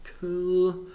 cool